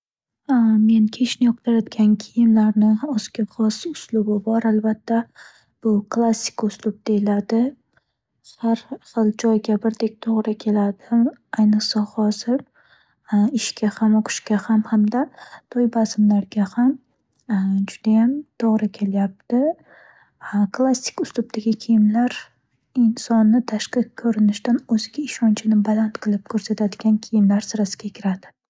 Men kiyishni yoqtiradigan kiyimlarni o'ziga xos uslubi bor albatta. Bu klassik uslub deyiladi. Har xil joyga birdek to'g'ri keladi. Ayniqsa, hozir ishga ham, o'qishga ham hamda to'y-bazmlarga ham judayam to'g'ri kelyapti. Klassik uslubdagi kiyimlar insonni tashqi ko'rinishdan o'ziga ishonchini baland qilib ko'rsatadigan kiyimlar sirasiga kiradi.